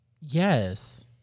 yes